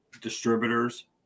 distributors